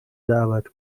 دعوت